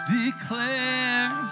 declare